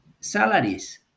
salaries